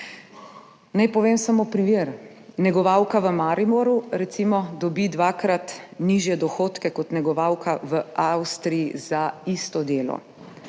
Naj povem samo primer – negovalka v Mariboru recimo dobi dvakrat nižje dohodke kot negovalka v Avstriji za isto delo.